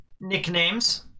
nicknames